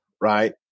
right